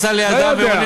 אני נמצא לידם והם עונים,